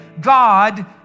God